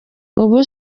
ubu